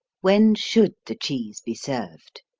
when should the cheese be served?